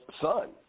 son